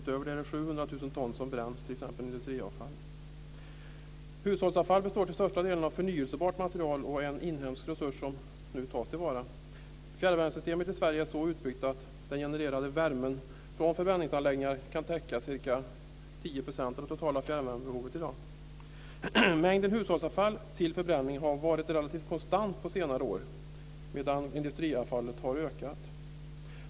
Utöver det är det 700 000 ton industriavfall som bränns. Hushållsavfall består till största delen av förnybart material och är en inhemsk resurs som nu tas till vara. Fjärrvärmesystemet i Sverige är så uppbyggt att den genererade värmen från förbränningsanläggningar kan täcka ca 10 % av det totala fjärrvärmebehovet i dag. Mängden hushållsavfall till förbränning har varit relativt konstant på senare år, medan industriavfallet har ökat.